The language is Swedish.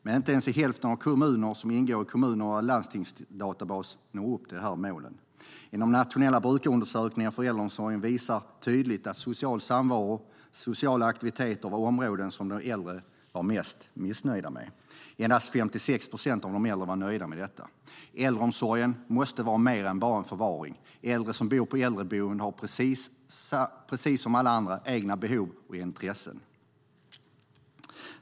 Men inte ens hälften av kommunerna som ingår i kommun och landstingsdatabasen når upp till de målen. I den nationella brukarundersökningen för äldreomsorgen visas tydligt att social samvaro och sociala aktiviteter var områden som de äldre var mest missnöjda med. Endast 56 procent av de äldre var nöjda med detta. Äldreomsorg måste vara mer än bara förvaring. Äldre som bor på äldreboende har precis som alla andra egna behov och intressen.